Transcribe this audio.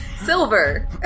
Silver